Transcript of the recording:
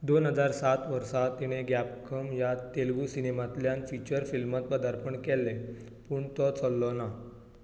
दोन हजार सात वर्सा तिणें ज्ञापकम ह्या तेलुगू सिनेमांतल्यान फिचर फिल्मांत पदार्पण केलें पूण तो चल्लो ना